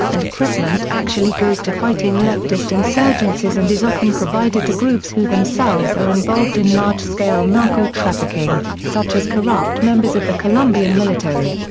and equipment actually goes to fighting leftist insurgencies and is often provided to groups who themselves are involved in large-scale narco-trafficking, such as corrupt members of the colombian military.